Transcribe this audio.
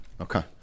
Okay